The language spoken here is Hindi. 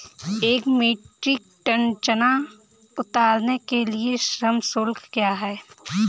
एक मीट्रिक टन चना उतारने के लिए श्रम शुल्क क्या है?